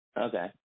Okay